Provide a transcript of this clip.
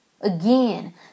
Again